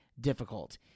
difficult